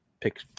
Pick